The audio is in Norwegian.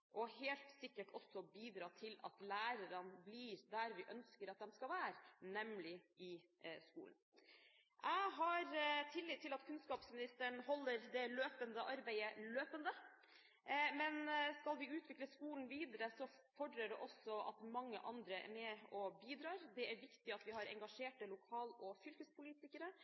og helt sikkert også bidra til at lærerne blir der vi ønsker at de skal være, nemlig i skolen. Jeg har tillit til at kunnskapsministeren holder det løpende arbeidet løpende, men skal vi utvikle skolen videre, fordrer det også at mange andre er med og bidrar. Det er viktig at vi har engasjerte lokalpolitikere og fylkespolitikere,